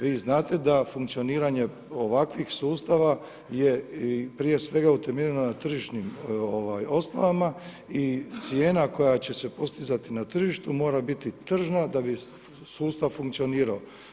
Vi znate da funkcioniranje ovakvih sustava je prije svega utemeljeno na tržišnim ocjenama i cijena koja će se postizati na tržištu mora biti tržna da bi sustav funkcionirao.